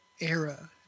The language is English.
era